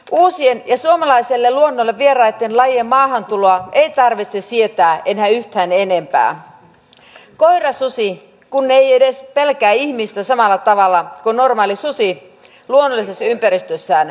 uusien ja suomalaiselle luonnolle vieraitten lajien maahantuloa ei tarvitse sietää enää yhtään enempää koirasusi kun ei edes pelkää ihmistä samalla tavalla kuin normaali susi luonnollisessa ympäristössään pelkää